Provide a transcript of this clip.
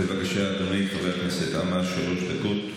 בבקשה, אדוני חבר הכנסת עמאר, שלוש דקות.